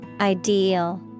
Ideal